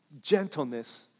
gentleness